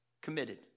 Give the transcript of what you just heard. Committed